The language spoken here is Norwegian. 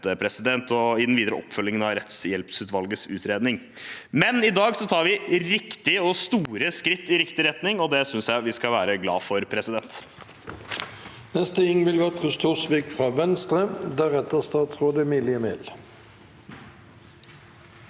i den videre oppfølgingen av rettshjelpsutvalgets utredning. Men i dag tar vi store skritt i riktig retning, og det synes jeg vi skal være glade for. Ingvild